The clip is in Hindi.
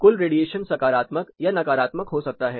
कुल रेडिएशन सकारात्मक या नकारात्मक हो सकता है